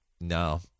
No